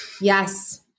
Yes